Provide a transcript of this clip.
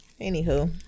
Anywho